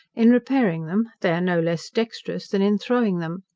in repairing them they are no less dexterous than in throwing them.